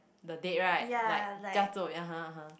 the date right like (uh huh) (uh huh)